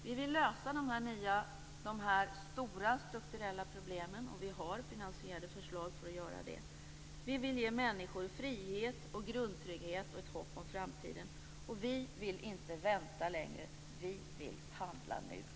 Vi vill lösa de här stora strukturella problemen. Vi har finansierade förslag för att göra det. Vi vill ge människor frihet och grundtrygghet och ett hopp om framtiden. Vi vill inte vänta längre. Vi vill handla nu. Tack!